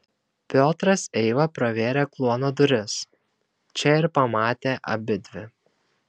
piotras eiva pravėrė kluono duris čia ir pamatė abidvi